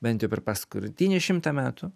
bent jau per paskutinius šimtą metų